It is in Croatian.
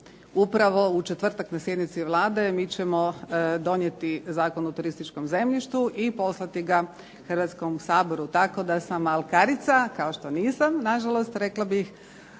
Upravo u četvrtak na sjednici Vlade mi ćemo donijeti Zakon o turističkom zemljištu i poslati ga Hrvatskom saboru, tako da sam alkarica, kao što nisam, na žalost rekla bih